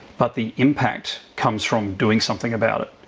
but the impact comes from doing something about it.